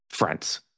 Friends